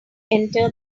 enter